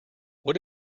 what